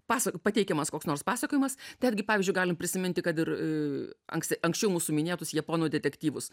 pasak pateikiamas koks nors pasakojimas netgi pavyzdžiui galim prisiminti kad ir anksti anksčiau mūsų minėtus japonų detektyvus